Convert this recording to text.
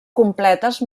completes